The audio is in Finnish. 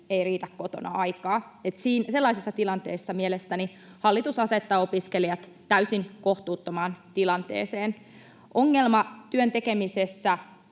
ei riitä kotona aikaa. Sellaisessa tilanteessa mielestäni hallitus asettaa opiskelijat täysin kohtuuttomaan tilanteeseen. Ongelma työn tekemisessä